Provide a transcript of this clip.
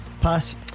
Pass